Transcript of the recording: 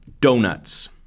Donuts